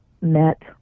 met